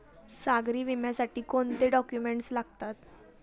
सागरी विम्यासाठी कोणते डॉक्युमेंट्स लागतात?